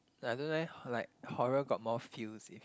I don't know eh like horror got more feels if